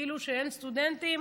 כאילו שאין סטודנטים,